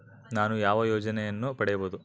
ನಾನು ಯಾವ ಯೋಜನೆಯನ್ನು ಪಡೆಯಬಹುದು?